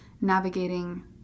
navigating